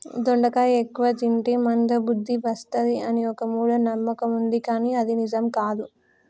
దొండకాయ ఎక్కువ తింటే మంద బుద్ది వస్తది అని ఒక మూఢ నమ్మకం వుంది కానీ అది నిజం కాదు